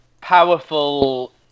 Powerful